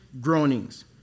groanings